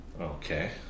Okay